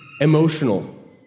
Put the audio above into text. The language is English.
emotional